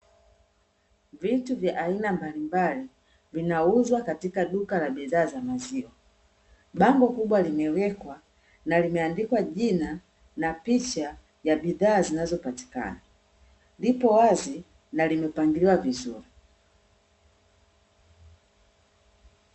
Vitu vya aina mbalimbali vinauzwa katika duka la bidhaa za maziwa, bango kubwa limewekwa na limeandikwa jina na picha ya bidhaa zinazopatikana lipo wazi na limepangiliwa vizuri .